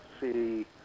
see